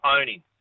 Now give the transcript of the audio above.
owning